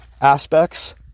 aspects